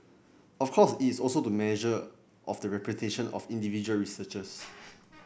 of course is also the measure of the reputation of individual researchers